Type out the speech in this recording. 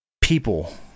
people